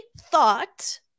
thought